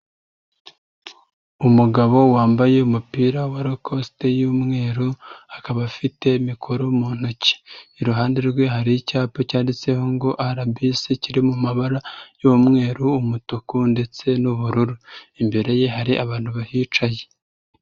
Umugabo wambaye umupira wa rakosite y'umweru, akaba afite mikoro mu ntoki. Iruhande rwe hari icyapa cyanditseho ngo RBC, kiri mu mabara y'umweru, umutuku ndetse n'ubururu. Imbere ye hari abantu bahicaye.